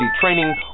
training